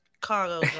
cargo